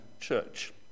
church